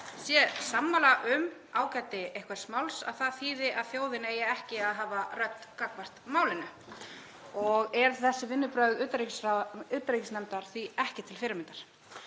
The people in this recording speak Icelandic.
sé sammála um ágæti einhvers máls þýði það að þjóðin eigi ekki að hafa rödd gagnvart málinu. Eru þessi vinnubrögð utanríkismálanefndar því ekki til fyrirmyndar.